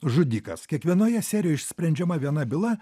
žudikas kiekvienoje serijoj išsprendžiama viena byla